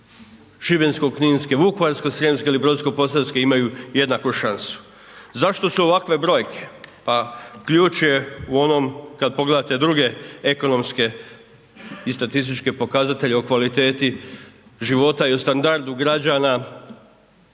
Šibensko-kninske, Vukovarsko-srijemske ili Brodsko-posavske imaju jednaku šansu. Zašto su ovakve brojke? Pa ključ je u onom kad pogledate druge ekonomske i statističke pokazatelje o kvaliteti života i standardu građana